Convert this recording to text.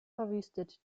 verwüstet